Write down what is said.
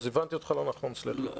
אז הבנתי אותך לא נכון, בסדר.